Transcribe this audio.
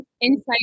insight